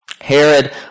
Herod